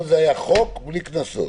כל זה היה חוק בלי קנסות.